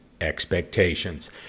expectations